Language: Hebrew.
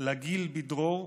"לגיל בדרור,